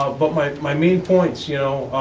ah but my my main points, you know